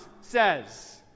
says